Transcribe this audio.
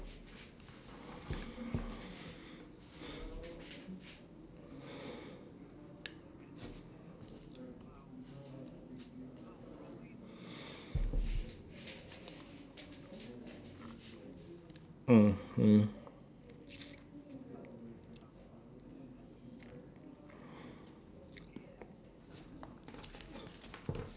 mm mm